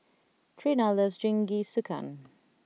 Treena loves Jingisukan